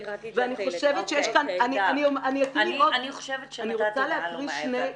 ואני חושבת שיש כאן --- אני חושבת שנתתי מעל ומעבר.